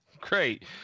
Great